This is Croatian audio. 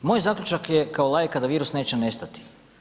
Moj zaključak je kao laika da virus neće nestati.